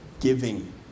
Giving